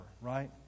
right